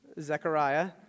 Zechariah